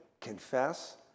confess